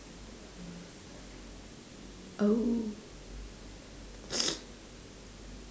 oh